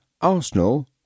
Arsenal